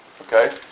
Okay